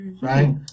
Right